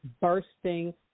Bursting